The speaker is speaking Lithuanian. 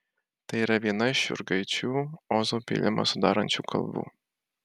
tai yra viena iš jurgaičių ozo pylimą sudarančių kalvų